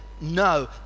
No